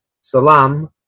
salam